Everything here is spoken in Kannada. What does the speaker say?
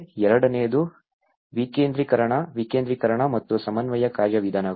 ಎರಡನೆಯದು ವಿಕೇಂದ್ರೀಕರಣ ವಿಕೇಂದ್ರೀಕರಣ ಮತ್ತು ಸಮನ್ವಯ ಕಾರ್ಯವಿಧಾನಗಳು